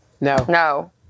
No